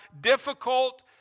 difficult